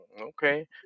Okay